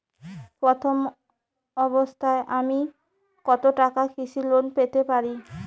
প্রথম অবস্থায় আমি কত টাকা কৃষি লোন পেতে পারি?